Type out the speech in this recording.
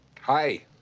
Hi